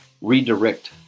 redirect